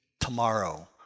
tomorrow